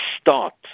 start